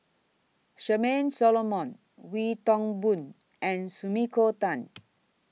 Charmaine Solomon Wee Toon Boon and Sumiko Tan